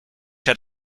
had